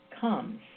comes